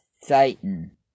Satan